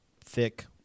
thick